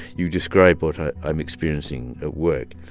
you describe what i'm experiencing at work.